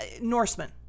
Norseman